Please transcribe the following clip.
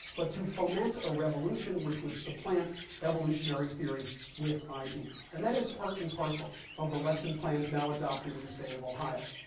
but to foment a revolution which would supplant evolutionary theory with id. and that is part and parcel of the lesson plans now adopted in the state of ohio.